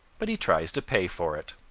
but he tries to pay for it.